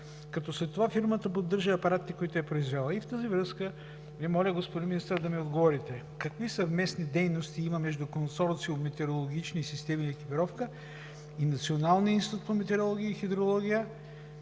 като след това фирмата поддържа апаратите, които е произвела. В тази връзка Ви моля, господин Министър, да ми отговорите: какви съвместни дейности има между Консорциум „Метеорологични системи и екипировка“ и Националния институт по метеорология и хидрология